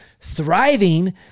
thriving